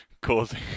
causing